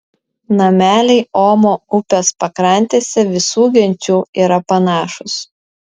nameliai omo upės pakrantėse visų genčių yra panašūs